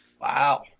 Wow